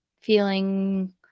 feeling